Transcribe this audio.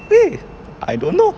okay I don't know